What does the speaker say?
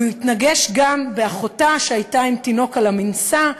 הוא התנגש גם באחותה, שהייתה עם תינוק במנשא.